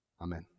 Amen